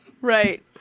Right